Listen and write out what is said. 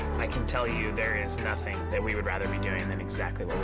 i can tell you there is nothing that we would rather be doing than exactly what we're